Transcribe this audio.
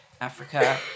Africa